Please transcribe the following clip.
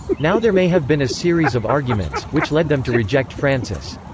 now there may have been a series of arguments, which led them to reject francis.